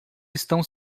estão